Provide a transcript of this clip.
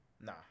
nah